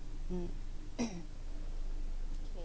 mm